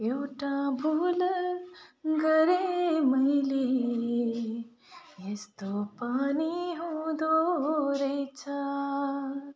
एउटा भुल गरेँ मैले यस्तो पनि हुँदो रहेछ